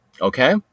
Okay